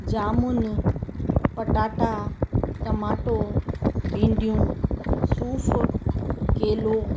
जामुन पटाटा टमाटो भिंडियूं सूफ़ केलो